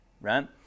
right